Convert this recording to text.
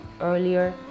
earlier